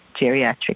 geriatric